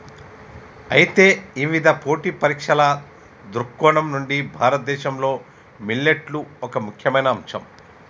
అయితే ఇవిధ పోటీ పరీక్షల దృక్కోణం నుండి భారతదేశంలో మిల్లెట్లు ఒక ముఖ్యమైన అంశం